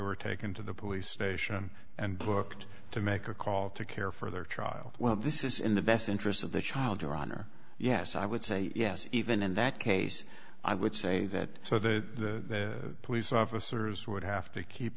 were taken to the police station and booked to make a call to care for their child well this is in the best interest of the child your honor yes i would say yes even in that case i would say that so that police officers would have to keep